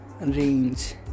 Range